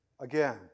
again